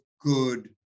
good